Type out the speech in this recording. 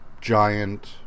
giant